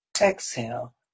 Exhale